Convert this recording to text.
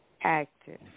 active